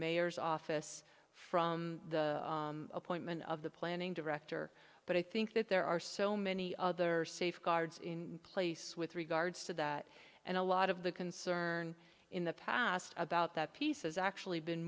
mayor's office from the appointment of the planning director but i think that there are so many other safeguards in place with regards to that and a lot of the concern in the past about that piece is actually been